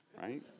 right